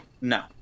No